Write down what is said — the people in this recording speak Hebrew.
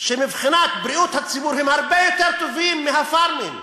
שמבחינת בריאות הציבור הם הרבה יותר טובים מהפארמים.